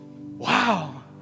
Wow